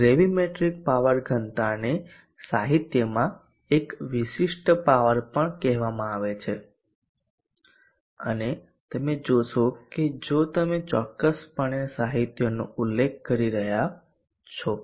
gravimetric power ઘનતાને સાહિત્યમાં એક વિશિષ્ટ પાવર પણ કહેવામાં આવે છે અને તમે જોશો કે જો તમે ચોક્કસપણે સાહિત્યનો ઉલ્લેખ કરી રહ્યાં છો